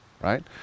Right